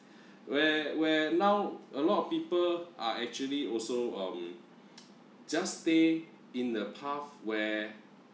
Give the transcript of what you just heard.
where where now a lot of people are actually also um just stay in the path where